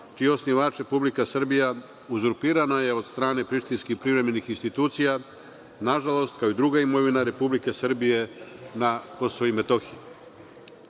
čiji je osnivač Republika Srbija, uzurpirano je od strane prištinskih privremenih institucija, nažalost, kao i druga imovina Republike Srbije na KiM.Napominjem